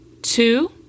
two